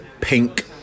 Pink